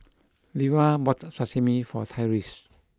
Leva bought Sashimi for Tyreese